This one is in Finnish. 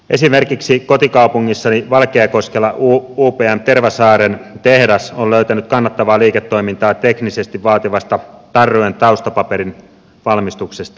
esimerkiksi kotikaupungissani valkeakoskella upm tervasaaren tehdas on löytänyt kannattavaa liiketoimintaa teknisesti vaativasta tarrojen taustapaperin valmistuksesta